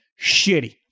shitty